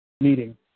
meeting